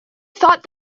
thought